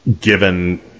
given